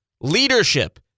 leadership